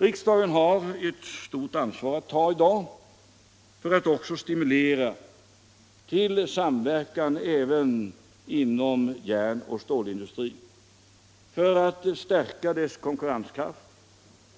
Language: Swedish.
Riksdagen har ett stort ansvar att ta i dag för att stimulera till samverkan inom järnoch stålindustrin, för att stärka dess konkurrenskraft